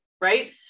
right